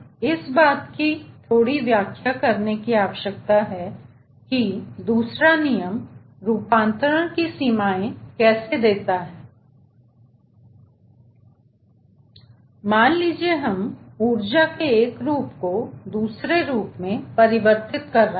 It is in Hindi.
इस बात की थोड़ी व्याख्या करने की आवश्यकता है कि दूसरा नियम रुपांतरण की सीमाएँ कैसे देता है मान लीजिए हम ऊर्जा के एक रूप को दूसरे रूप में परिवर्तित कर रहे हैं